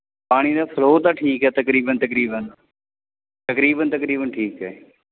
ਪਾਣੀ ਦਾ ਫਲੋ ਤਾਂ ਠੀਕ ਹੈ ਤਕਰੀਬਨ ਤਕਰੀਬਨ ਤਕਰੀਬਨ ਤਕਰੀਬਨ ਠੀਕ ਹੈ